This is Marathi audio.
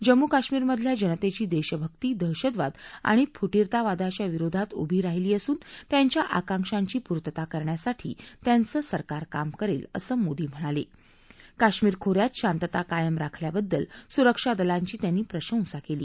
जम्मू कश्मीरमधल्या जनतरीी दर्शभक्ती दहशतवाद आणि फुटीरवादाच्या विरोधात उभी राहीली असून त्यांच्या आकांक्षाची पूर्तता करण्यासाठी त्यांचं सरकार काम करत्त असं मोदी म्हणालक्रेश्मीर खो यात शांतता कायम राखल्याबद्दल सुरक्षादलांची त्यांनी प्रशंसा कली